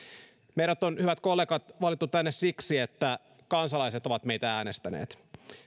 meidät on hyvät kollegat valittu tänne siksi että kansalaiset ovat meitä äänestäneet